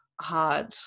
hard